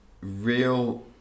real